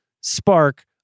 spark